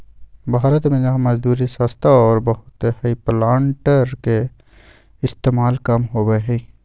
भारत में जहाँ मजदूरी सस्ता और बहुत हई प्लांटर के इस्तेमाल कम होबा हई